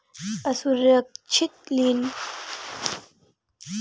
असुरक्छित लोन के लेवब म बियाज दर जादा होथे अउ लोन ल चुकाए बर समे घलो कमती दे जाथे